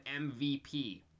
MVP